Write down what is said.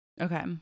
Okay